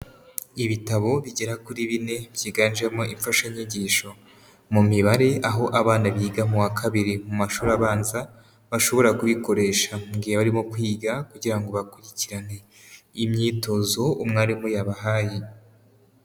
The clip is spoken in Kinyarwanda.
Ibitabo bigera kuri bine byiganjemo imfashanyigisho mu mibare aho abana biga mu wa kabiri mu mashuri abanza bashobora kuyikoresha mu gihe barimo kwiga kugira ngo bakurikirane imyitozo umwarimu yabahaye.